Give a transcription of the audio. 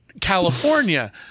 California